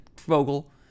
Vogel